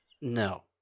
No